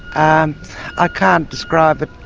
um i can't describe it,